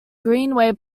greenway